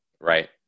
right